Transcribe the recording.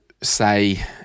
say